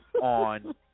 on